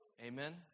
Amen